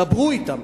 דברו אתם,